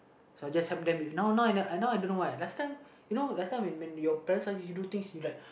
so just help them with now now uh I don't why last time you know last time when when your parents ask you do things you like